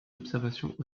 observations